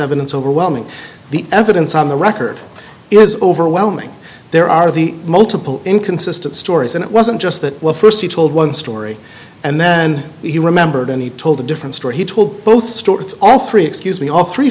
evidence overwhelming the evidence on the record is overwhelming there are the multiple inconsistent stories and it wasn't just that well st he told one story and then he remembered and he told a different story he told both stuart all three excuse me all three